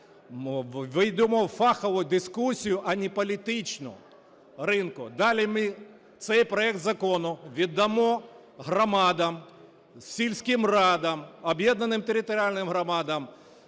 ведемо фахову дискусію, а не політичну ринку. Далі ми цей проект закону віддамо громадам, сільським радам, об'єднаним територіальним громадам,